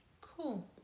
Cool